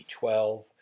b12